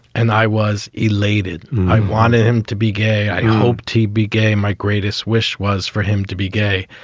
and i was elated. i wanted him to be gay. i hope to be gay. my greatest wish was for him to be gay.